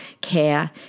care